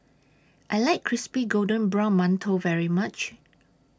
I like Crispy Golden Brown mantou very much